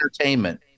entertainment